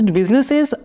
businesses